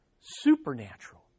supernatural